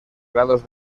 grados